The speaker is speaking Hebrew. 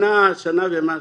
שנה, שנה ומשהו.